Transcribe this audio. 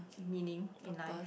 meaning in life